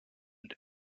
and